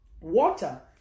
water